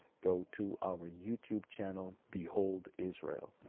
go to our youtube channel behold israel.